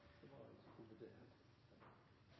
det var